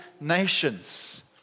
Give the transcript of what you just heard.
nations